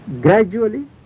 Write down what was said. Gradually